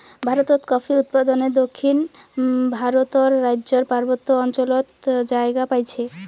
ভারতত কফি উৎপাদনে দক্ষিণ ভারতর রাইজ্যর পার্বত্য অঞ্চলত জাগা পাইছে